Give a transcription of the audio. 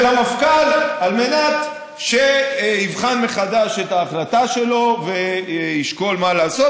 למפכ"ל על מנת שיבחן מחדש את ההחלטה שלו וישקול מה לעשות,